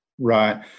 Right